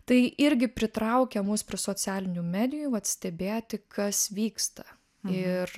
tai irgi pritraukia mus prie socialinių medijų vat stebėti kas vyksta ir